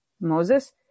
Moses